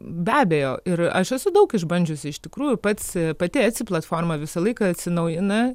be abejo ir aš esu daug išbandžiusi iš tikrųjų pats pati etsi platforma visą laiką atsinaujina